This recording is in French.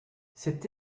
cette